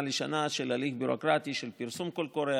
לשנה של הליך ביורוקרטי של פרסום קול קורא,